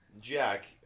Jack